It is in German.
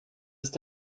ist